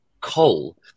coal